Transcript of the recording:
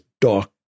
dark